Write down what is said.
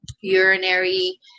urinary